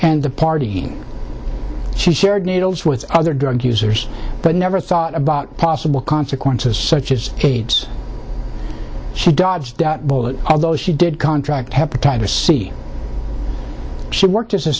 and the partying she shared needles with other drug users but never thought about possible consequences such as aids she dodged a bullet although she did contract hepatitis c she worked as a